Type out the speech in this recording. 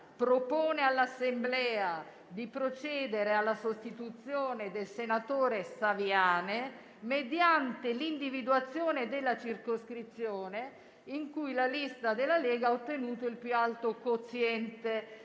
propone all'Assemblea di procedere alla sostituzione del senatore Saviane mediante l'individuazione della circoscrizione in cui la lista della Lega ha ottenuto il più alto quoziente